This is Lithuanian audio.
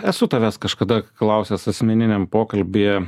esu tavęs kažkada klausęs asmeniniam pokalbyje